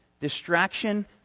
distraction